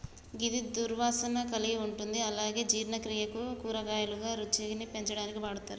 గిది దుర్వాసన కలిగి ఉంటుంది అలాగే జీర్ణక్రియకు, కూరగాయలుగా, రుచిని పెంచడానికి వాడతరు